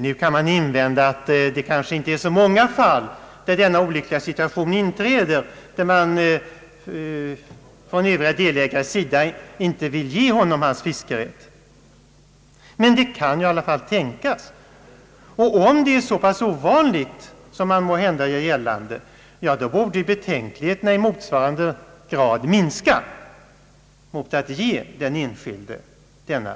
Nu kan man invända att denna olyckliga situation kanske inte uppstår i så många fall, dvs. där övriga delägare inte vill ge den enskilde personen hans fiskerätt. Men det kan i alla fall tänkas bli fallet, och om det är så ovanligt som det görs gällande då borde betänkligheterna mot den enskildes fiskerätt i